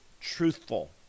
truthful